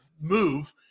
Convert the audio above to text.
move